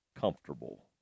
comfortable